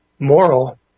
Moral